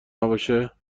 نباشه